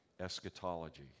eschatology